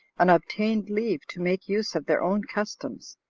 and obtained leave to make use of their own customs,